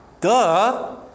duh